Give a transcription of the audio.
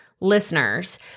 listeners